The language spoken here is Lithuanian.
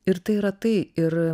ir tai yra tai ir